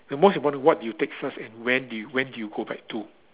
the most important what you take first and when do you when do you go back to